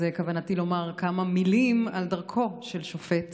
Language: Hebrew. כוונתי לומר כמה מילים על דרכו של שופט